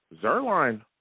Zerline